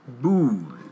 Boo